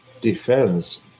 defends